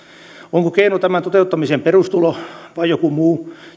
onko keino tämän toteuttamiseen perustulo vai joku muu